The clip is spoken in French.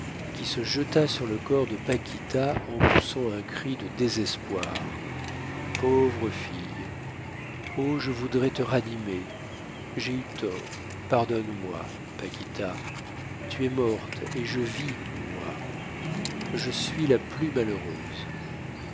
qui se jeta sur le corps de paquita en poussant un cri de désespoir pauvre fille oh je voudrais te ranimer j'ai eu tort pardonne-moi paquita tu es morte et je vis moi je suis la plus malheureuse